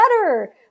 better